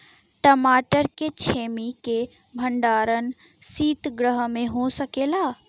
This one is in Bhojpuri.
मटर के छेमी के भंडारन सितगृह में हो सकेला?